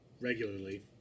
regularly